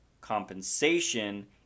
compensation